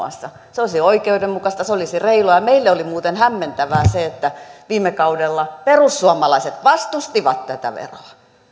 olisi oikeudenmukaista se olisi reilua meille oli muuten hämmentävää se että viime kaudella perussuomalaiset vastustivat tätä veroa